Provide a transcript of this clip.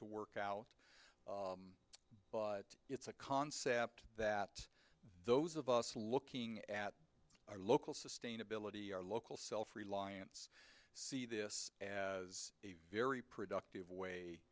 to work out but it's a concept that those of us looking at our local sustainability our local self reliance see this as a very productive way